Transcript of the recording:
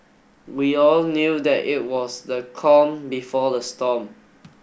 we all knew that it was the calm before the storm